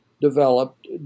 developed